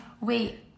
Wait